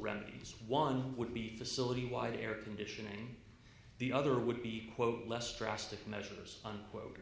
remedies one would be facility why the air conditioning the other would be quote less drastic measures and quote